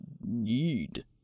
need